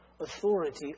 authority